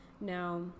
now